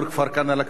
רצוני לשאול: